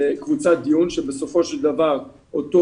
קבוצת דיון כאשר בסופו של דבר אותו